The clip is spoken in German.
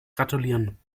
gratulieren